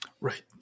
Right